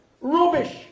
rubbish